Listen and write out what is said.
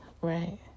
right